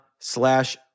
Slash